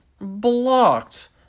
blocked